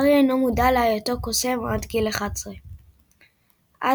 הארי אינו מודע להיותו קוסם עד גיל 11. אז,